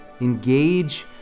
engage